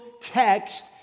text